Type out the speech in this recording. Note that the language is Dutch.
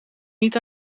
niet